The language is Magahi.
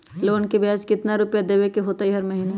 लोन के ब्याज कितना रुपैया देबे के होतइ हर महिना?